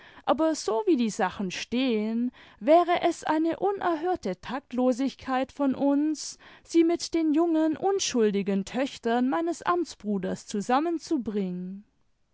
aber so wie die sachen stehen wäre es eine unerhörte taktlosigkeit von uns sie mit den jungen unschuldigen töchtern meines amtsbruders zusammenzubringen